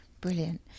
brilliant